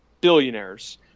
billionaires